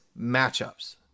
matchups